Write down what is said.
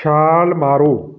ਛਾਲ ਮਾਰੋ